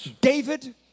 David